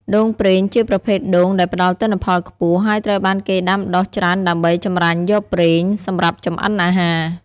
ដូងប្រេង ជាប្រភេទដូងដែលផ្តល់ទិន្នផលខ្ពស់ ហើយត្រូវបានគេដាំដុះច្រើនដើម្បីចម្រាញ់យកប្រេង សម្រាប់ចម្អិនអាហារ។